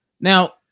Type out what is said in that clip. Now